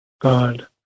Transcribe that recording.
God